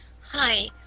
Hi